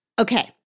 Okay